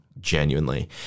genuinely